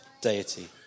deity